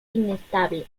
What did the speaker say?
inestable